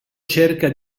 cerca